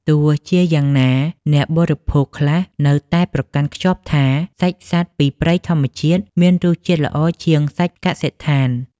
ទោះជាយ៉ាងណា អ្នកបរិភោគខ្លះនៅតែប្រកាន់ខ្ជាប់ថា សាច់សត្វពីព្រៃធម្មជាតិមានរសជាតិល្អជាងសាច់កសិដ្ឋាន។